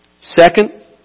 Second